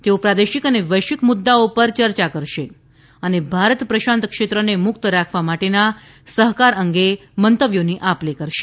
તેઓ પ્રાદેશિક અને વૈશ્વિક મુદ્દાઓ પર ચર્ચા કરશે અને ભારત પ્રશાંત ક્ષેત્રને મુક્ત રાખવા માટેના સહકાર અંગે મંતવ્યોની આપ લે કરશે